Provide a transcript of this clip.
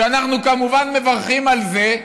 אנחנו כמובן מברכים על זה,